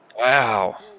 Wow